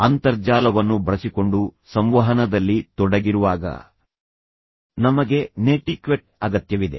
ಅಂತರ್ಜಾಲವನ್ನು ಬಳಸಿಕೊಂಡು ಸಂವಹನದಲ್ಲಿ ತೊಡಗಿರುವಾಗ ನಮಗೆ ನೆಟಿಕ್ವೆಟ್ ಅಗತ್ಯವಿದೆ